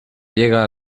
llega